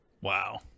Wow